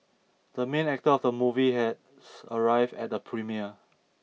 the main actor of the movie has arrived at the premiere